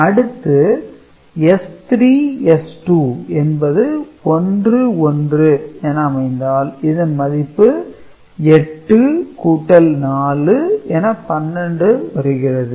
Y C3 S3S2 S3S1 அடுத்து S3 S2 என்பது 1 1 என அமைந்தால் இதன் மதிப்பு 8 கூட்டல் 4 என 12 வருகிறது